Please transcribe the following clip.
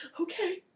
okay